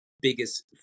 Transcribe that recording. biggest